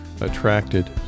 Attracted